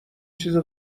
چیز